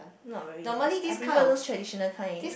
not very nice I prefer those traditional kind